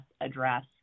address